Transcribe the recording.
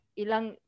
ilang